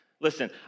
listen